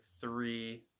three